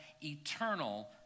eternal